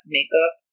Makeup